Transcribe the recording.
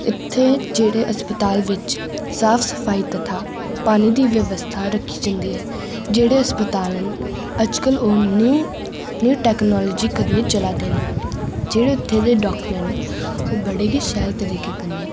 इत्थे जेहड़े हस्पताल बिच साफ सफाई तथा पानी दी ब्यास्था रक्खी जंदी ऐ जेहड़े हस्पताल न अजकल ओह् न्यू टेकनाॅलोजी कन्नै चला दे न जेहड़े उत्थै दे डाॅ ना ओह् बड़े गै शैल तरीके कन्नै